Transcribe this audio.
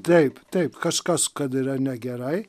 taip taip kažkas kad yra negerai